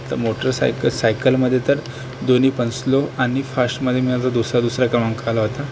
तर मोटरसायकल सायकलमध्ये तर दोन्ही पण स्लो आणि फाशमध्ये मिळाला जो दुसऱ्या दुसऱ्या क्रमांक आला होता